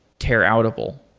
tear outable?